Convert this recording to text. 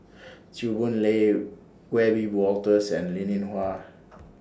Chew Boon Lay Wiebe Wolters and Linn in Hua